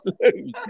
lose